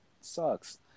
sucks